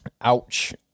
Ouch